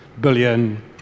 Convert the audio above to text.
billion